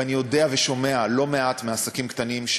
ואני יודע ושומע לא מעט מעסקים קטנים,